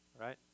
right